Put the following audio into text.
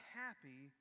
happy